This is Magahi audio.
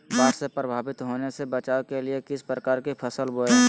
बाढ़ से प्रभावित होने से बचाव के लिए किस प्रकार की फसल बोए?